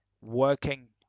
working